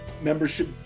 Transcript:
membership